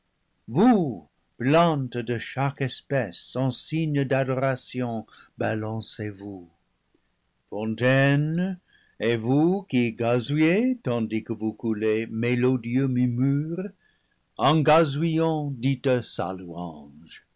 plantes de chaque espèce en signe d'adoration balancez vous fontaines et vous qui gazouillez tandis que vous coulez mélodieux murmures en gazouillant dites sa